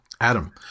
Adam